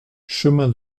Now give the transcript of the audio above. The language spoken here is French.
chemin